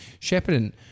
Shepparton